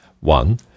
One